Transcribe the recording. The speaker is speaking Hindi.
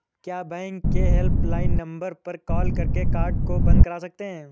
क्या बैंक के हेल्पलाइन नंबर पर कॉल करके कार्ड को बंद करा सकते हैं?